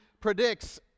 predicts